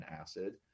acid